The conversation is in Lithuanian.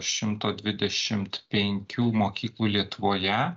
šimto dvidešimt penkių mokyklų lietuvoje